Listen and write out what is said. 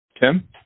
Tim